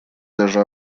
даже